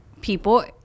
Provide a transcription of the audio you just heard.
people